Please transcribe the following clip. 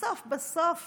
בסוף בסוף